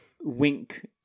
wink